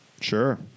Sure